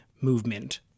movement